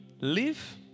live